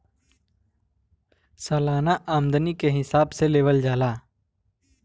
सालाना आमदनी के हिसाब से लेवल जाला